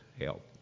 help